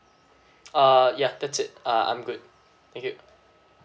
uh ya that's it uh I'm good thank you